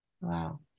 Wow